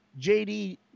JD